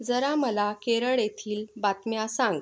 जरा मला केरळ येथील बातम्या सांग